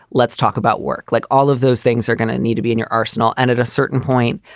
let's talk about work. like all of those things are going to need to be in your arsenal. and at a certain point,